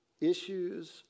Issues